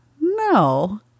No